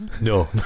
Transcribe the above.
No